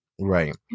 Right